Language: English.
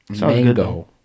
Mango